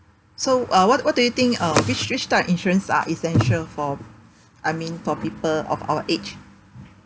so uh what what do you think uh which which type of insurance are essential for I mean for people of our age